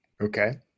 Okay